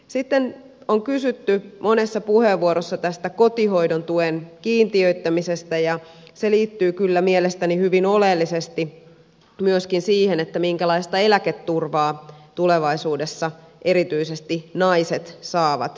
sitten on kysytty monessa puheenvuorossa tästä kotihoidon tuen kiintiöittämisestä ja se liittyy kyllä mielestäni hyvin oleellisesti myöskin siihen minkälaista eläketurvaa tulevaisuudessa erityisesti naiset saavat